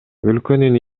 өлкөнүн